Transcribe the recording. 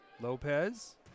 Lopez